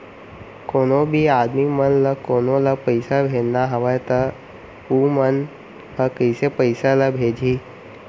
कोन्हों भी आदमी मन ला कोनो ला पइसा भेजना हवय त उ मन ह कइसे पइसा ला भेजही?